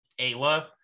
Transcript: Ayla